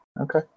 okay